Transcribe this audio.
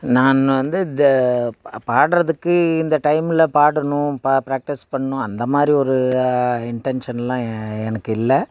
நான் வந்து இந்த பாடுறதுக்கு இந்த டைம்மில பாடணும் ப ப்ராக்டிஸ் பண்ணும் அந்த மாதிரி ஒரு இன்டென்ஷன்லாம் எனக்கு இல்லை